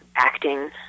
Acting